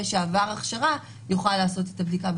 שעבר הכשרה יוכל לעשות את הבדיקה,